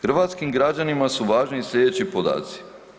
Hrvatskim građanima su važni i slijedeći podaci.